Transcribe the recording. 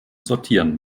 sortieren